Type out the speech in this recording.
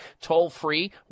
toll-free